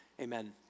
Amen